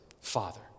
Father